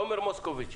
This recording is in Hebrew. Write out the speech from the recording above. תומר מוסקוביץ',